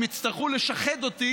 הם יצטרכו לשחד אותי